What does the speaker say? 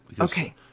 Okay